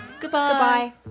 Goodbye